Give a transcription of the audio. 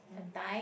a time